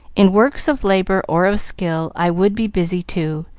in works of labor or of skill i would be busy too,